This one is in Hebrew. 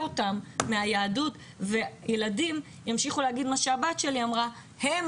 אותם מהיהדות וילדים ימשיכו להגיד מה שהבת שלי אמרה: הם,